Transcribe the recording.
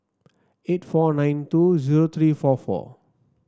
eight four nine two zero three four four